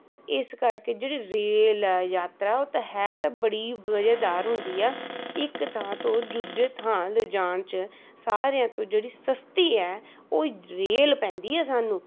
ਤਾਂ ਇਸ ਕਰਕੇ ਜਿਹੜੀ ਰੇਲ ਆ ਯਾਤਰਾ ਉਹ ਤਾਂ ਹੈ ਤਾਂ ਬੜੀ ਮਜ਼ੇਦਾਰ ਹੁੰਦੀ ਆ ਇੱਕ ਥਾਂ ਤੋਂ ਦੂਜੇ ਥਾਂ ਲਿਜਾਣ 'ਚ ਸਾਰਿਆਂ ਤੋਂ ਜਿਹੜੀ ਸਸਤੀ ਹੈ ਉਹ ਰੇਲ ਪੈਂਦੀ ਹੈ ਸਾਨੂੰ